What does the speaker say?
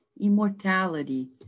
immortality